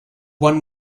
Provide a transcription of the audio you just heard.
one